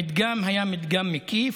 המדגם היה מדגם מקיף,